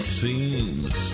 seems